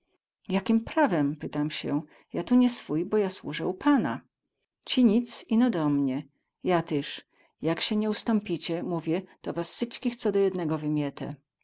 jakim prawem pytam sie ja tu nie swój bo ja słuzę u pana ci nic ino do mnie ja tyz jak sie nie ustąpicie mówię to was wsyćkich co do jednego wymiete